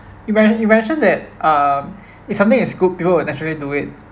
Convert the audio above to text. you men~ you mentioned that um if something is good people would naturally do it